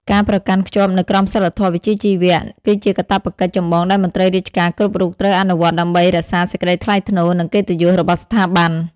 ការប្រកាន់ខ្ជាប់នូវក្រមសីលធម៌វិជ្ជាជីវៈ គឺជាកាតព្វកិច្ចចម្បងដែលមន្ត្រីរាជការគ្រប់រូបត្រូវអនុវត្តដើម្បីរក្សាសេចក្តីថ្លៃថ្នូរ និងកិត្តិយសរបស់ស្ថាប័ន។